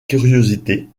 curiosité